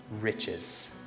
riches